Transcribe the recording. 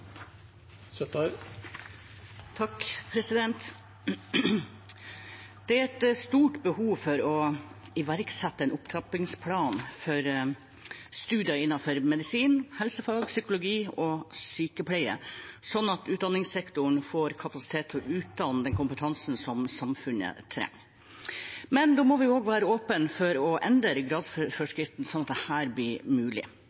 Det er et stort behov for å iverksette en opptrappingsplan for studier innenfor medisin, helsefag, psykologi og sykepleie, slik at utdanningssektoren får kapasitet til å utdanne til den kompetansen samfunnet trenger, men da må vi også være åpne for å endre gradsforskriften slik at dette blir mulig.